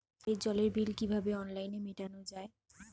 বাড়ির জলের বিল কিভাবে অনলাইনে মেটানো যায়?